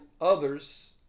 others